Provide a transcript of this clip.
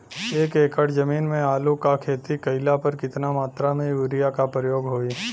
एक एकड़ जमीन में आलू क खेती कइला पर कितना मात्रा में यूरिया क प्रयोग होई?